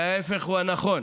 וההפך הוא הנכון.